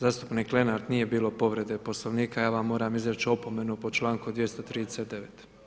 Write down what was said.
Zastupnik Lenart, nije bilo povrede Poslovnika, ja vam moram izreći opomenu po članku 239.